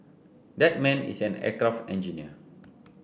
that man is an aircraft engineer